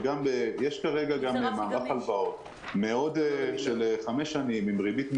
יש כרגע גם מערך הלוואות של חמש שנים עם ריבית מינימלית,